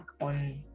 on